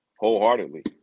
wholeheartedly